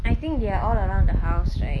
I think they are all around the house right